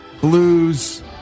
blues